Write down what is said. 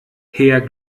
herr